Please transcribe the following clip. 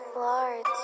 large